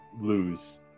lose